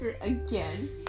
again